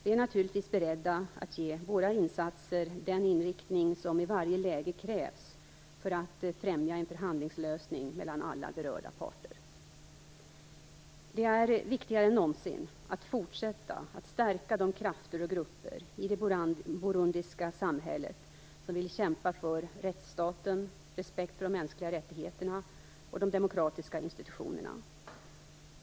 Vi är naturligtvis beredda att ge våra insatser den inriktning som i varje läge krävs för att främja en förhandlingslösning mellan alla berörda parter. Det är viktigare än någonsin att fortsätta att stärka de krafter och grupper i det burundiska samhället som vill kämpa för rättsstaten, respekt för de mänskliga rättigheterna och de demokratiska institutionerna.